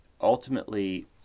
ultimately